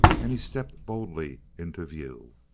and he stepped boldly into view.